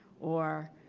or